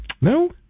No